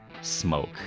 smoke